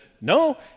no